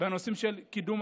דבר שפוגע,